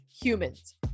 humans